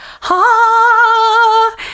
ha